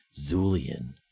Zulian